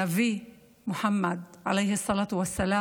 הנביא מוחמד, (אומרת בערבית: עליו התפילה והשלום,)